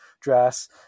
dress